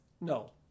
No